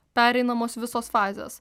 pereinamos visos fazės